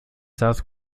south